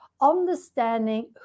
understanding